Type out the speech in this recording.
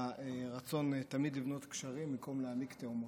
לרצון תמיד לבנות גשרים במקום להעמיק תהומות.